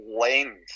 length